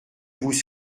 vous